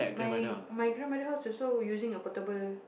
my my grandmother house also using a portable